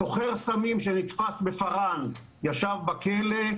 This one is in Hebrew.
סוחר סמים שנתפס בפארן ישב בכלא,